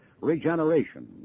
regeneration